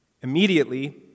Immediately